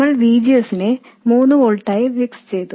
നമ്മൾ VGS നെ 3 വോൾട്ടായി ഫിക്സ് ചെയ്തു